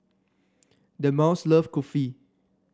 Delmas love Kulfi